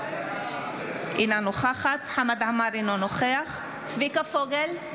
אינה נוכח חמד עמאר, אינו נוכח צביקה פוגל,